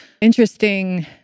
interesting